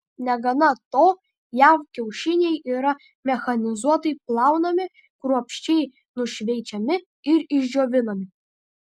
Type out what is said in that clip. negana to jav kiaušiniai yra mechanizuotai plaunami kruopščiai nušveičiami ir išdžiovinami